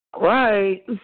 right